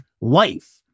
life